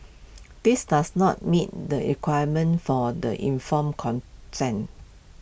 this does not meet the requirement for the informed consent